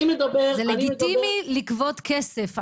זה לגיטימי לגבות כסף.